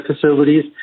facilities